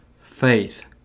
faith